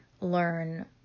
learn